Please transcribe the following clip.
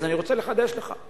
אני רוצה לחדש לך: